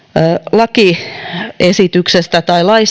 lakiesityksestä